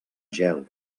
gel